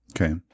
Okay